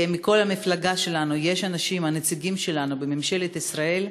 למפלגה שלנו יש אנשים, הנציגים שלנו בממשלת ישראל,